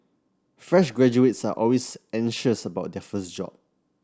fresh graduates are always anxious about their first job